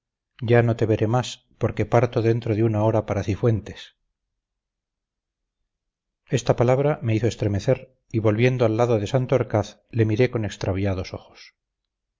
ya no te veré más porque parto dentro de una hora para cifuentes esta palabra me hizo estremecer y volviendo al lado de santorcaz le miré con extraviados ojos